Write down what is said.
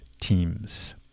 teams